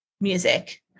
music